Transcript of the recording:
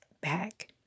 back